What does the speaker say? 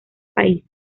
países